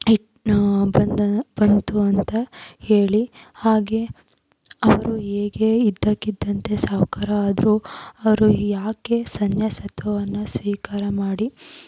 ಬಂದ ಬಂತು ಅಂತ ಹೇಳಿ ಹಾಗೆ ಅವರು ಹೇಗೆ ಇದ್ದಕ್ಕಿದ್ದಂತೆ ಸಾಹುಕಾರ ಆದರು ಅವರು ಯಾಕೆ ಸನ್ಯಾಸತ್ವವನ್ನು ಸ್ವೀಕಾರ ಮಾಡಿ